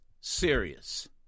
serious